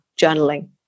journaling